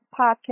podcast